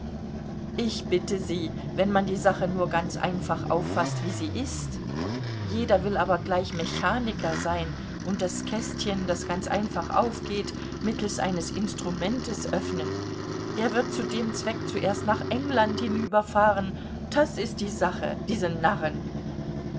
ich bitte sie wenn man die sache nur ganz einfach auffaßt wie sie ist jeder will aber gleich mechaniker sein und das kästchen das ganz einfach aufgeht mittels eines instrumentes öffnen er wird zu dem zweck zuerst nach england hinüberfahren das ist die sache diese narren